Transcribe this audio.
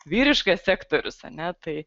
vyriškas sektorius a ne tai